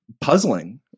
puzzling